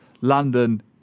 London